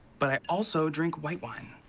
but i also drink white wine